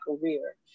career